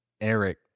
Eric